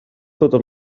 totes